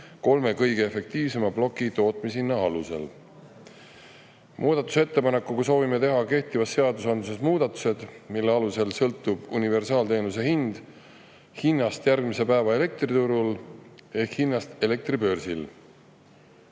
kolme kõige efektiivsema ploki tootmishinna alusel. Soovime teha kehtivas seadusandluses muudatused, mille kohaselt sõltub universaalteenuse hind hinnast järgmise päeva elektriturul ehk hinnast elektribörsil.